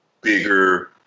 bigger